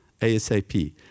ASAP